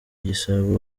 igisabo